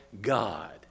God